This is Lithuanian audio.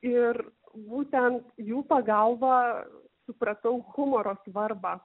ir būtent jų pagalba supratau humoro svarbą